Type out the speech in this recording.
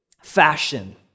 fashion